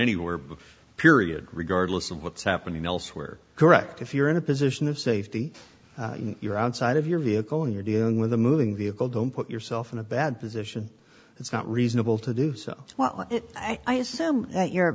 anywhere but period regardless of what's happening elsewhere correct if you're in a position of safety you're outside of your vehicle and you're dealing with a moving vehicle don't put yourself in a bad position it's not reasonable to do so well i assume that you